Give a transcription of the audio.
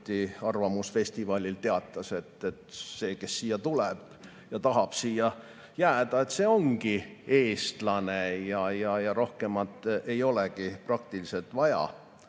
arvamusfestivalil teatas, et see, kes siia tuleb ja siia jääda tahab, ongi eestlane ja rohkemat ei olegi praktiliselt vaja.